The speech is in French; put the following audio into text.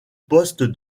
poste